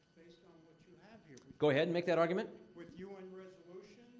based on what you have here. go ahead make that argument. with u n. resolutions.